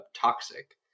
toxic